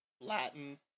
latin